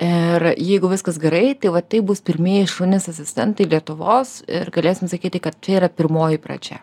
ir jeigu viskas gerai tai va tai bus pirmieji šunys asistentai lietuvos ir galėsim sakyti kad čia yra pirmoji pradžia